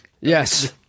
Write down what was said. Yes